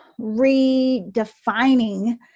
redefining